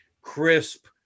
crisp